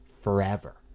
forever